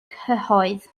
cyhoedd